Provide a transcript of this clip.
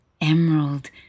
emerald